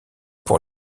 pour